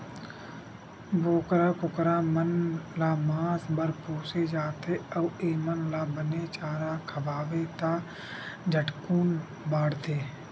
बोकरा, कुकरा मन ल मांस बर पोसे जाथे अउ एमन ल बने चारा खवाबे त झटकुन बाड़थे